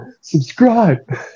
subscribe